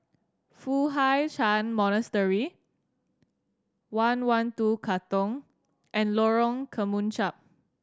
Foo Hai Ch'an Monastery One One Two Katong and Lorong Kemunchup